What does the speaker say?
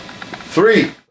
three